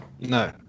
no